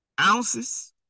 ounces